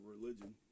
religion